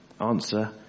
Answer